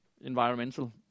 environmental